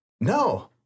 No